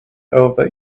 over